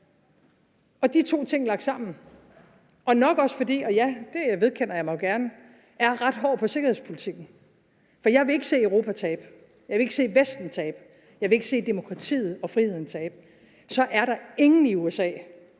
om de to ting lagt sammen, og nok også – og ja, det vedkender jeg mig gerne – om, at jeg er ret hård på sikkerhedspolitikken. For jeg vil ikke se Europa tabe, jeg vil ikke se Vesten tabe, og jeg vil ikke se demokratiet og friheden tabe, så der er ingen i USA,